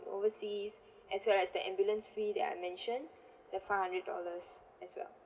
overseas as well as the ambulance fee that I mention the five hundred dollars as well